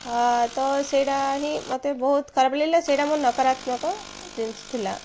ତ ସେଇଟା ହିଁ ମୋତେ ବହୁତ ଖରାପ ଲାଗିଲା ସେଇଟା ମୋ ନକାରାତ୍ମକ ଜିନିଷ ଥିଲା